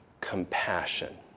compassion